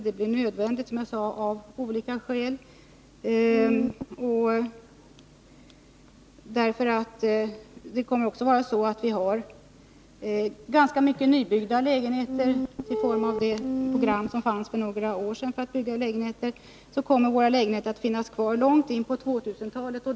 Jag tror att det av olika skäl blir nödvändigt — jag nämnde det i mitt anförande. Vi har ganska mycket nybyggda lägenheter i enlighet med det program som genomfördes för några år sedan. Dessa lägenheter kommer att finnas kvar långt in på 2000-talet.